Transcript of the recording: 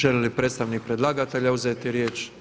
Želi li predstavnik predlagatelja uzeti riječ?